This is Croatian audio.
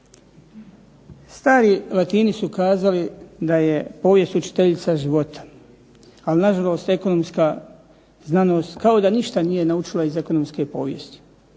Stari Latini su kazali da je povijest učiteljica života, ali na žalost ekonomska znanost kao da ništa nije naučila iz ekonomske povijesti.